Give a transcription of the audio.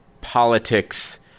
politics